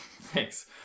Thanks